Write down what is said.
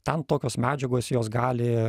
ten tokios medžiagos jos gali